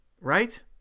Right